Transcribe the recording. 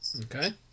Okay